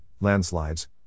landslides